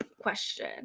question